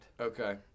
Okay